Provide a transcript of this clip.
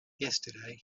yesterday